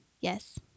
Yes